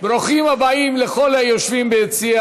ברוכים הבאים לכל היושבים ביציע